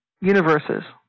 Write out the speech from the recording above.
universes